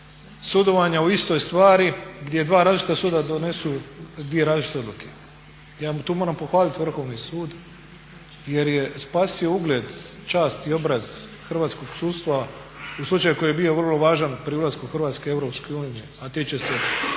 sudovanja u istoj stvari gdje dva različita suda donesu dvije različite odluke ja tu moram pohvaliti Vrhovni sud jer je spasio ugled, čast i obraz hrvatskog sudstva u slučaju koji je bio vrlo važan pri ulasku Hrvatske u EU a tiče se